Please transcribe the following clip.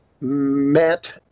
met